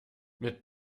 mit